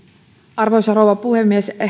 arvoisa rouva puhemies